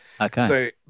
Okay